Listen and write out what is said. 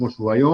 כמו שהוא היום,